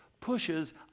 pushes